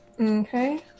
Okay